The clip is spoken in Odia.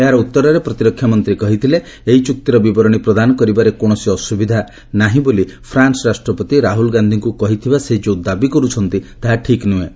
ଏହାର ଉତ୍ତରରେ ପ୍ରତିରକ୍ଷାମନ୍ତ୍ରୀ କହିଥିଲେ ଯେ ଏହି ଚୁକ୍ତିର ବିବରଣୀ ପ୍ରଦାନ କରିବାରେ କୌଣସି ଅସୁବିଧା ନାହିଁ ବୋଲି ଫ୍ରାନ୍ସ ରାଷ୍ଟ୍ରପତି ରାହୁଳ ଗାନ୍ଧୀଙ୍କୁ କହିଥିବା ସେ ଯେଉଁ ଦାବି କରୁଛନ୍ତି ତାହା ଠିକ୍ ନୁହେଁ